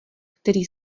který